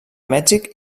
mèxic